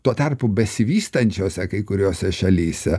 tuo tarpu besivystančiose kai kuriose šalyse